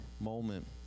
moment